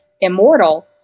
immortal